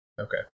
Okay